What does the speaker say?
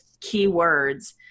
keywords